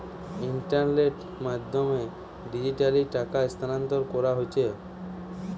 ইন্টারনেটের মাধ্যমে ডিজিটালি টাকা স্থানান্তর কোরা হচ্ছে